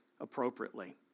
appropriately